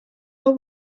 hau